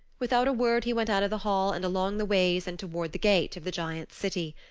without a word he went out of the hall and along the ways and toward the gate of the giants' city.